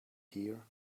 here